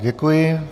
Děkuji.